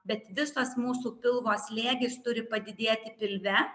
bet visas mūsų pilvo slėgis turi padidėti pilve